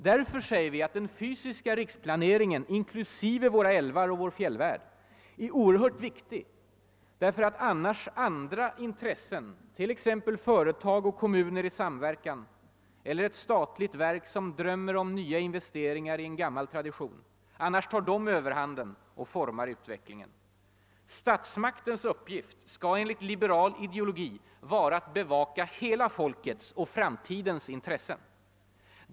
Därför säger vi att den fysiska riksplaneringen är oerhört viktig, därför att annars andra intressen — t.ex. företag och kommuner i samverkan eller ett statligt verk som drömmer om nya investeringar i en gammal tradition — tar överhanden och formar utvecklingen. Statsmaktens uppgift skall enligt liberal ideologi vara att bevaka hela folkets och framtidens intressen.